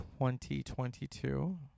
2022